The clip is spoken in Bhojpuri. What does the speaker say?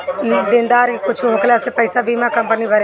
देनदार के कुछु होखला पे पईसा बीमा कंपनी भरेला